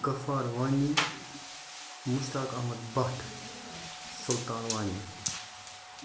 Ghaffar Wani Mushtaq Ahmad Bhat Sultan Wani